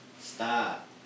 Stop